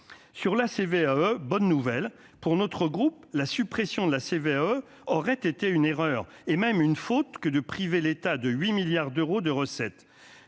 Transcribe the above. sur la CVAE, bonne nouvelle pour notre groupe, la suppression de la CVAE aurait été une erreur et même une faute que de priver l'État de 8 milliards d'euros de recettes,